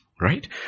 Right